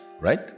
right